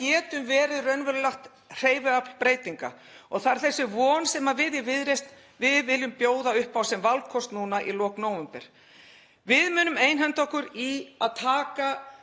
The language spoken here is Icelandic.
getum verið raunverulegt hreyfiafl breytinga. Og það er þessi von sem við í Viðreisn viljum bjóða upp á sem valkost nú í lok nóvember. Við munum einhenda okkur í að taka